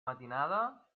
matinada